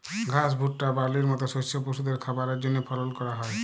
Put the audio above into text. ঘাস, ভুট্টা, বার্লির মত শস্য পশুদের খাবারের জন্হে ফলল ক্যরা হ্যয়